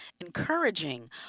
encouraging